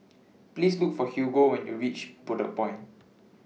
Please Look For Hugo when YOU REACH Bedok Point